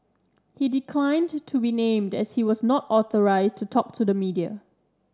he declined to be named as he was not authorised to talk to the media